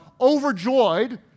overjoyed